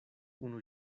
unu